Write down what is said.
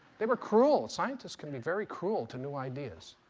they were cruel. scientists can be very cruel to new ideas.